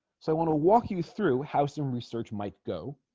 so i want to walk you through how some research might go